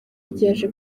ryaje